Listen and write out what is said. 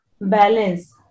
balance